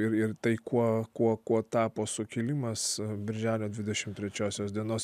ir ir tai kuo kuo kuo tapo sukilimas birželio dvidešimt trečiosios dienos